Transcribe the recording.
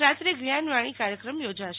રાત્રે જ્ઞાનવાણી કાર્યક્રમ યોજાશે